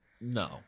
No